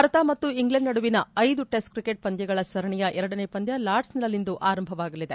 ಭಾರತ ಮತ್ತು ಇಂಗ್ಲೆಂಡ್ ನಡುವಿನ ಐದು ಟೆಸ್ಟ್ ಕ್ರಿಕೆಟ್ ಪಂದ್ಯಗಳ ಸರಣಿಯ ಎರಡನೇ ಪಂದ್ಯ ಲಾರ್ಡ್ಸ್ನಲ್ಲಿಂದು ಆರಂಭವಾಗಲಿದೆ